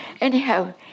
anyhow